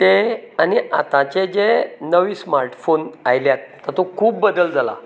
तें आनी आताचें जे नवें स्मार्ट फोन आयल्यात तातूंक खूब बदल जाला